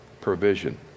provision